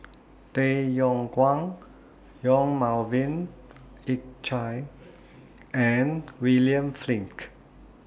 Tay Yong Kwang Yong Melvin Yik Chye and William Flint